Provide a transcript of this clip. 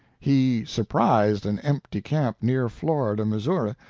he surprised an empty camp near florida, missouri,